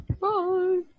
Bye